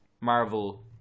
marvel